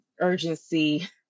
urgency